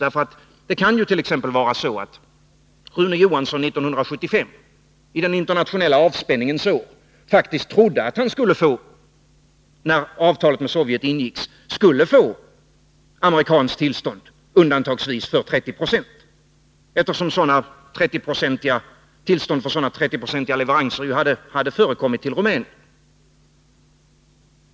Det kan t.ex. vara så att Rune Johansson 1975, i den internationella avspänningens år, när avtalet med Sovjet ingicks faktiskt trodde att han undantagsvis skulle få amerikanskt tillstånd för 30 70. Tillstånd för sådana 30-procentiga leveranser hade förekommit till Rumänien.